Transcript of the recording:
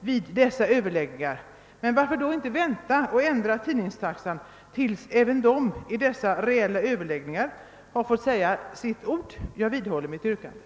vid överläggningarna. Men varför då inte vänta med att ändra tidningstaxan tills även de fått säga sitt ord vid dessa reella överläggningar. Jag vidhåller mitt yrkande.